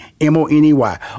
M-O-N-E-Y